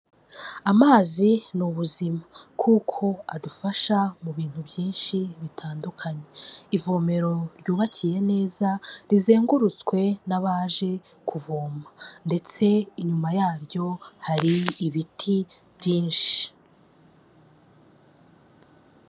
Amazi ni ubuzima kuko adufasha mu bintu byinshi bitandukanye, ivomero ryubakiye neza rizengurutswe n'abaje kuvoma ndetse inyuma yaryo hari ibiti byinshi.